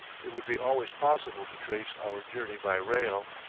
it would be always possible to trace our journey by rail.